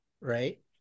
right